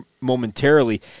momentarily